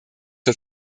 zur